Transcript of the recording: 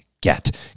get